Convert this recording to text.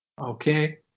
Okay